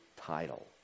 title